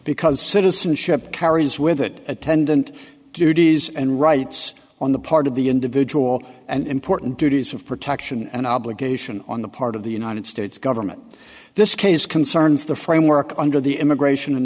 because citizenship carries with it attendant duties and rights on the part of the individual and important duties of protection an obligation on the part of the united states government this case concerns the framework under the immigration and